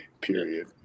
Period